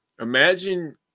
Imagine